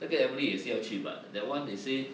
那个 emily 也是要去 but that one they say